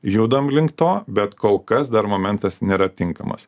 judam link to bet kol kas dar momentas nėra tinkamas